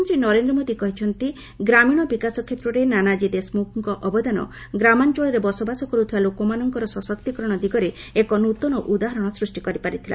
ପ୍ରଧାନମନ୍ତ୍ରୀ ନରେନ୍ଦ୍ର ମୋଦି କହିଛନ୍ତି ଗ୍ରାମୀଣ ବିକାଶ କ୍ଷେତ୍ରରେ ନାନାଜୀ ଦେଶମୁଖଙ୍କ ଅବଦାନ ଗ୍ରାମାଞ୍ଚଳରେ ବସବାସ କରୁଥିବା ଲୋକମାନଙ୍କର ସଶକ୍ତିକରଣ ଦିଗରେ ଏକ ନୂତନ ଉଦାହରଣ ସୃଷ୍ଟି କରିପାରିଥିଲା